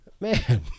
Man